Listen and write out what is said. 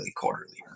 quarterly